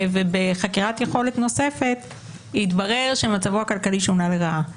ובחקירת יכולת נוספת התברר שמצבו הכלכלי שונה לרעה.